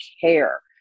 care